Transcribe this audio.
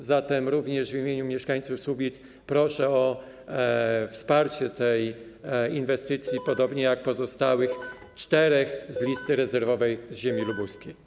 A zatem również w imieniu mieszkańców Słubic proszę o wsparcie tej inwestycji, podobnie jak pozostałych czterech z listy rezerwowej dla ziemi lubuskiej.